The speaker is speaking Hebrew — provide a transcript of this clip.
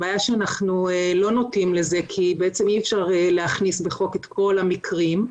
הבעיה שאנחנו לא נוטים לזה כי אי-אפשר להכניס בחוק את כל המקרים.